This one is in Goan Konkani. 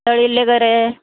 तळिल्ले गरे